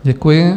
Děkuji.